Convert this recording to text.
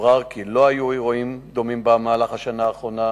הוברר כי לא היו אירועים דומים במהלך השנה האחרונה